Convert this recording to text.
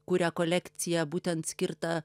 kuria kolekciją būtent skirtą